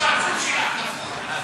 לוועדת הכספים נתקבלה.